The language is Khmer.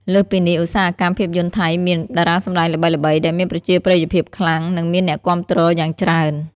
លើសពីនេះ ឧស្សាហកម្មភាពយន្តថៃមាន តារាសម្តែងល្បីៗ ដែលមានប្រជាប្រិយភាពខ្លាំង និងមានអ្នកគាំទ្រយ៉ាងច្រើន។